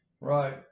Right